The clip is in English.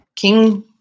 King